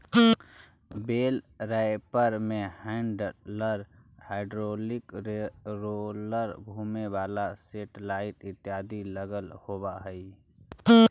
बेल wrapper में handler, hydraulic roller, घुमें वाला सेटेलाइट इत्यादि लगल होवऽ हई